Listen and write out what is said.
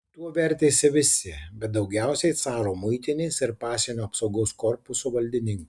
tuo vertėsi visi bet daugiausiai caro muitinės ir pasienio apsaugos korpuso valdininkai